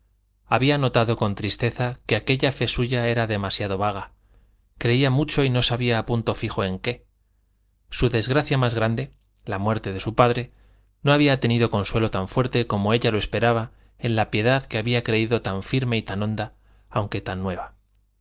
había notado con tristeza que aquella fe suya era demasiado vaga creía mucho y no sabía a punto fijo en qué su desgracia más grande la muerte de su padre no había tenido consuelo tan fuerte como ella lo esperaba en la piedad que había creído tan firme y tan honda aunque tan nueva